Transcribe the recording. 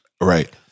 right